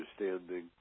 understanding